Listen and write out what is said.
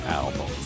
album